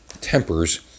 tempers